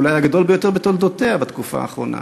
אולי הגדול ביותר בתולדותיה בתקופה האחרונה.